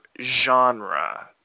genre